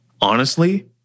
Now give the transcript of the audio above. Honestly